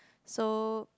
so